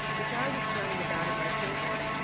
which i was turning about in my fingers,